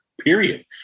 period